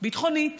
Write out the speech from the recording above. ביטחונית